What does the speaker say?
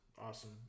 Awesome